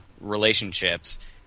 relationships